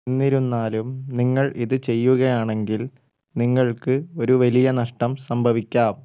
എന്നിരുന്നാലും നിങ്ങൾ ഇത് ചെയ്യുകയാണെങ്കിൽ നിങ്ങൾക്ക് ഒരു വലിയ നഷ്ടം സംഭവിക്കാം